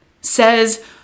says